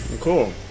Cool